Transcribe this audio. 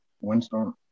windstorm